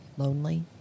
lonely